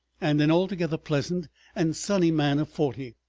and an altogether pleasant and sunny man of forty.